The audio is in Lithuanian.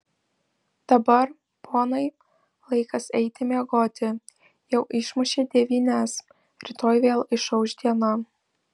dabar ponai laikas eiti miegoti jau išmušė devynias rytoj vėl išauš diena